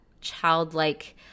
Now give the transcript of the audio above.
childlike